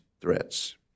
threats